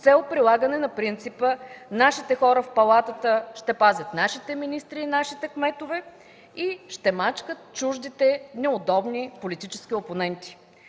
цел прилагане на принципа: „Нашите хора в Палатата ще пазят нашите министри или нашите кметове и ще мачкат чуждите, неудобни политически опоненти“.